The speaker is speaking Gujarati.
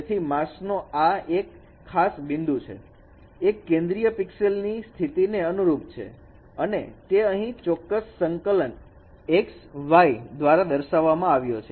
તેથી માસ્ક નો આ એક ખાસ બિંદુ એક કેન્દ્રીય પિક્સેલ ની સ્થિતિને અનુરૂપ છે અને તે અહીં ચોક્કસ સંકલન xy દ્વારા દર્શાવવામાં આવ્યો છે